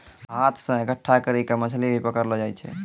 हाथ से इकट्ठा करी के मछली भी पकड़लो जाय छै